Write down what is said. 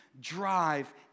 drive